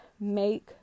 make